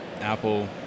Apple